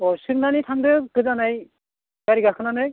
अह सोंनानै थांदो गोदानै गारि गाखोनानै